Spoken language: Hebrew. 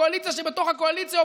קואליציה שבתוך הקואליציה,